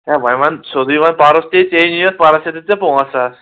ہے وۄنۍ وَنۍ سیٚودُے وۄنۍ پَرُس تہِ ژٕے نِیوتھ پَرُس دِتتھ ژٕ پونسہٕ حظ